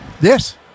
Yes